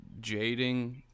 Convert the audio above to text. jading